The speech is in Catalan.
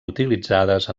utilitzades